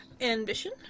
Ambition